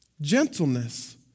gentleness